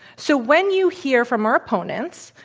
so, when you hear from our opponents,